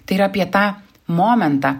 tai yra apie tą momentą